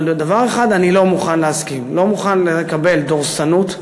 אבל לדבר אחד אני לא מוכן להסכים: לא מוכן לקבל דורסנות,